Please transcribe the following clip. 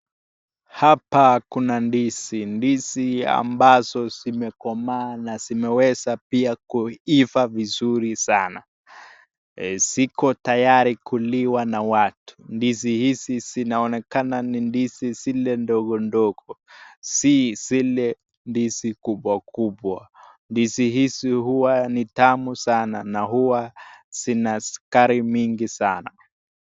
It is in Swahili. Hapa kuna ndizi ndizi ambazo zimekomaa na zimeweza pia kuivaa vizuri sana ziko tayari kuliwa na watu. Ndizi hizi zinazonekana ni ndizi zile ndogo ndogo si zile ndizi kubwa kubwa. Ndizi hizi huwa ni tamu sana na huwa zina sukari mingi sana.